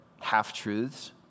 half-truths